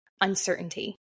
uncertainty